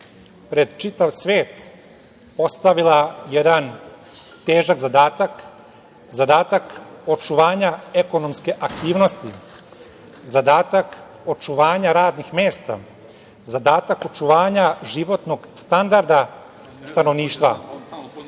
pred čitav svet postavila jedan težak zadatak, zadatak očuvanja ekonomske aktivnosti, zadatak očuvanja radnih mesta, zadatak očuvanja životnog standarda stanovništva. Odgovarajući